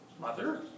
mother